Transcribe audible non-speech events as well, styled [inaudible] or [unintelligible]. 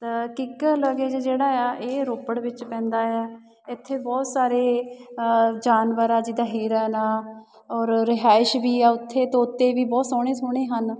[unintelligible] ਜਿਹੜਾ ਆ ਇਹ ਰੋਪੜ ਵਿੱਚ ਪੈਂਦਾ ਆ ਇੱਥੇ ਬਹੁਤ ਸਾਰੇ ਜਾਨਵਰ ਆ ਜਿੱਦਾਂ ਹਿਰਨ ਆ ਔਰ ਰਿਹਾਇਸ਼ ਵੀ ਆ ਉੱਥੇ ਤੋਤੇ ਵੀ ਬਹੁਤ ਸੋਹਣੇ ਸੋਹਣੇ ਹਨ